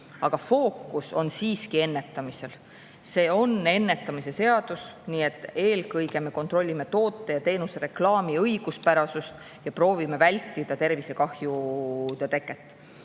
Aga fookus on siiski ennetamisel. See on ennetamise seadus, nii et eelkõige me kontrollime toote ja teenuse reklaami õiguspärasust ja proovime vältida tervisekahju teket.